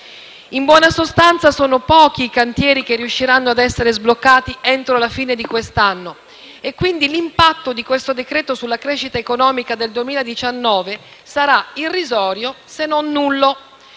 In buona sostanza, sono pochi i cantieri che riusciranno a essere sbloccati entro la fine di quest'anno; quindi, l'impatto di questo decreto-legge sulla crescita economica del 2019 sarà irrisorio, se non nullo.